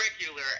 regular